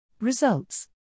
Results